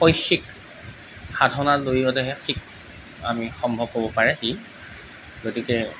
শৈক্ষিক সাধনাৰ জৰিয়তেহে শিক আমি সম্ভৱ পাৰে সি গতিকে